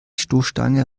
stoßstange